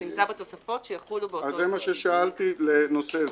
זה נמצא בתוספות שיחולו באותו --- אז זה מה ששאלתי לנושא זה.